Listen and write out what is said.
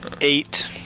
Eight